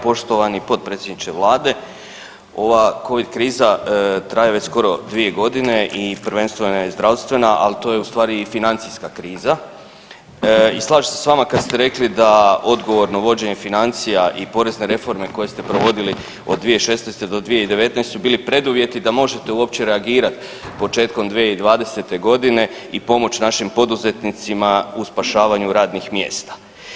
Poštovani potpredsjedniče Vlade, ova Covid kriza traje već skoro 2 godine i prvenstveno je zdravstvena, ali to je u stvari i financijska kriza i slažem se s vama kad ste rekli da odgovorno vođenje financija i porezne reforme koje ste provodili od 2016. do 2019. su bili preduvjeti da možete uopće reagirati početkom 2020. godine i pomoći našim poduzetnicima u spašavanju radnih mjesta.